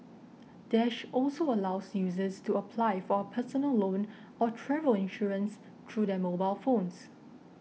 dash also allows users to apply for a personal loan or travel insurance through their mobile phones